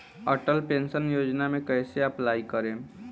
Atal pension योजना मे कैसे अप्लाई करेम?